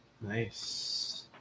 Nice